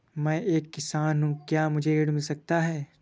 मैं एक किसान हूँ क्या मुझे ऋण मिल सकता है?